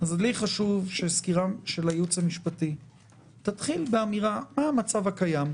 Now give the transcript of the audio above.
לי חשוב שהסקירה של הייעוץ המשפטי תתחיל באמירה מה המצב הקיים,